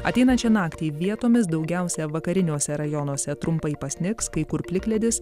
ateinančią naktį vietomis daugiausia vakariniuose rajonuose trumpai pasnigs kai kur plikledis